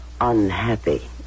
unhappy